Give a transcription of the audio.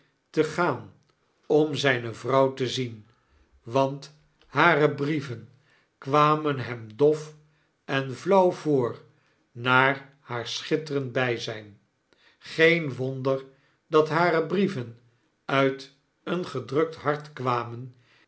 te gaan om zgne vrouw te zien want hare brieven kwamen hem dof en flauw voor na haar schitterend bgzijn geen wonder dat hare brieven uit een gedrukt hart kwamen